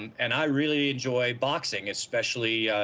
and i really enjoyed boxing especially ah.